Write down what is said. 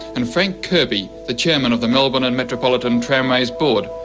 and frank kirby, the chairman of the melbourne and metropolitan tramways board,